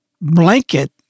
Blanket